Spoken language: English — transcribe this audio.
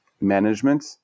management